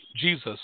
Jesus